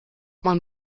man